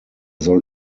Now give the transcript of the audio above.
soll